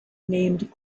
named